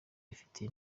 afitiye